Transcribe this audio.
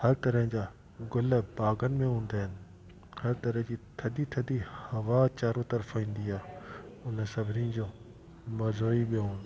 हर तरह जा गुल बागन में हूंदा आहिनि हर तरह जी थधी थधी हवा चारो तर्फ़ा ईंदी आहे हुन सभिनीनि जो मज़ो ई ॿियो हूंदो आहे